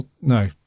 No